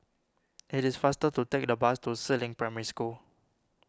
it is faster to take the bus to Si Ling Primary School